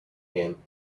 game